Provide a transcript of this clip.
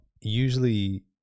usually